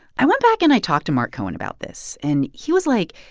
i went back and i talked to mark cohen about this. and he was like,